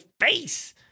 face